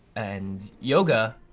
and yoga.